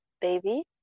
baby